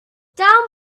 down